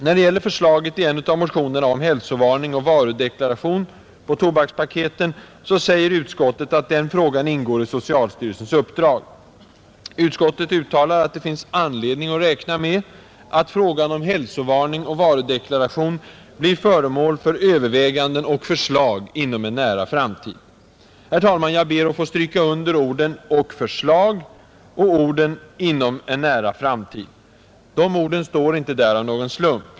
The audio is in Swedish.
När det gäller förslaget i en av motionerna om hälsovarning och varudeklaration på tobakspaketen säger utskottet att den frågan ingår i socialstyrelsens uppdrag. Utskottet uttalar att det finns anledning att räkna med att frågan om hälsovarning och varudeklaration blir föremål för överväganden och förslag inom en nära framtid. Herr talman, jag ber att få stryka under orden ”och förslag” och orden ”inom en nära framtid”. De står där inte av någon slump.